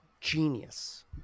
genius